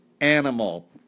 animal